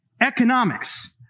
economics